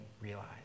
realize